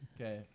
Okay